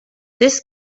this